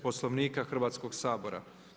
Poslovnika Hrvatskog sabora.